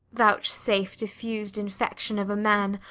vouchsafe, diffus'd infection of a man,